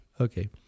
Okay